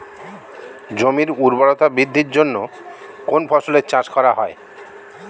জমির উর্বরতা বৃদ্ধির জন্য কোন ফসলের চাষ করা হয়?